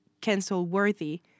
cancel-worthy